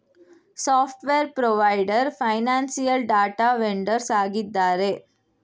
software provider, financial data vendors ಆಗಿದ್ದಾರೆ